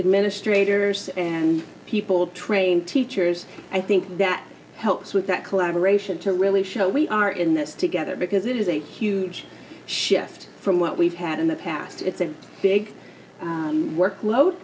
administration and people trained teachers i think that helps with that collaboration to really show we are in this together because it is a huge shift from what we've had in the past it's a big workload